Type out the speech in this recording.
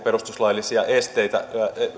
perustuslaillisia esteitä